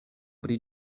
pri